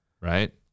Right